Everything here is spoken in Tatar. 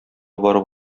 барып